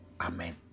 Amen